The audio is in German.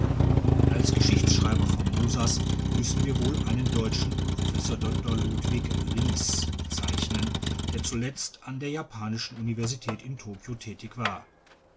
als geschichtsschreiber formosas müssen wir wohl einen deutschen professor dr ludwig riess bezeichnen der zuletzt an der japanischen universität in tokio tätig war